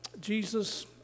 Jesus